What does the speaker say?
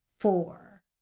Four